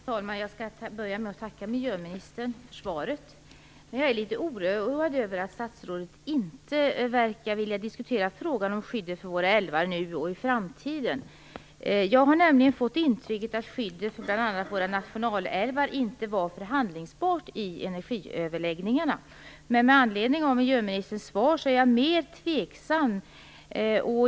Fru talman! Jag skall börja med att tacka miljöministern för svaret. Jag är litet oroad över att statsrådet inte verkar vilja diskutera frågan om skyddet för våra älvar nu och i framtiden. Jag har nämligen fått intrycket att skyddet för bl.a. våra nationalälvar inte var förhandlingsbart i energiöverläggningarna, men med anledning av miljöministerns svar är jag mer tveksam.